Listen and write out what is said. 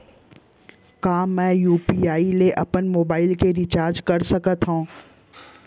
का मैं यू.पी.आई ले अपन मोबाइल के रिचार्ज कर सकथव?